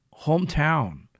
hometown